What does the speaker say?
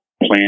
plan